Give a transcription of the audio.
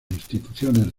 instituciones